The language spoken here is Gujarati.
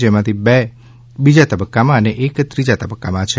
જેમાંથી બે બીજા તબક્કામાં છે અને એક ત્રીજા તબક્કામાં છે